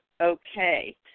okay